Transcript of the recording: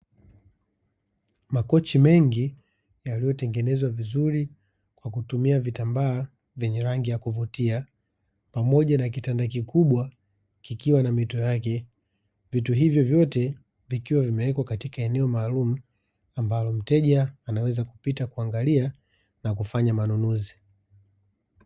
Makochi mengi yaliyotengenezwa vizuri kwa kutumia vitambaa vyenye rangi ya kuvutia, pamoja na kitanda kikubwa kikiwa na mito yake. Vitu hivyo vyote vikiwa vimewekwa katika eneo maalumu ambalo mteja anaweza kupita kuangalia na kufanya manunuzi.